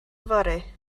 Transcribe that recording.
yfory